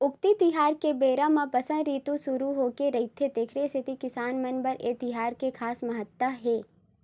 उक्ती तिहार के बेरा म बसंत रितु सुरू होगे रहिथे तेखर सेती किसान मन बर ए तिहार के खास महत्ता हे